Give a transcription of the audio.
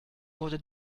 wurde